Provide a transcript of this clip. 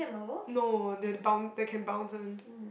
no the boun~ that can bounce one